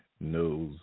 knows